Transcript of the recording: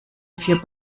vier